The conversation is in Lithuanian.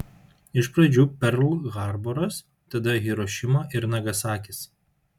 iš pradžių perl harboras tada hirošima ir nagasakis